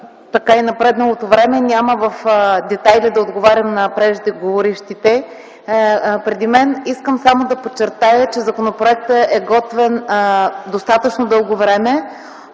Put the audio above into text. Предвид напредналото време, няма в детайли да отговарям на преждеговорившите. Искам само да подчертая, че законопроектът е готвен достатъчно дълго време